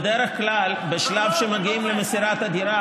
בדרך כלל בשלב שמגיעים למסירת הדירה,